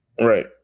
Right